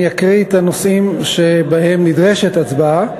אני אקריא את הנושאים שבהם נדרשת הצבעה